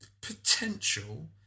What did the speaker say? potential